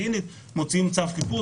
מוציאים לו צו חיפוש,